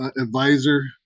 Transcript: advisor